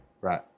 Right